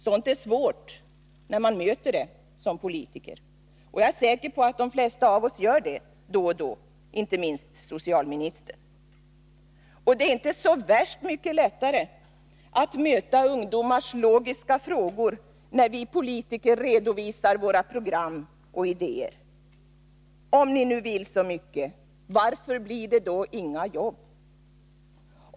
Sådant är svårt när man möter det som politiker, och jag är säker på att de flesta av oss då och då gör det, inte minst socialministern. Och det är inte så värst mycket lättare att möta ungdomars logiska frågor när vi politiker redovisar våra program och idéer: ”Om ni nu vill så mycket, varför blir det då inga jobb?